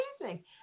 amazing